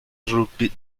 rugby